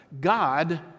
God